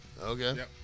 Okay